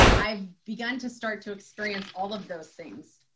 i've begun to start to experience all of those things.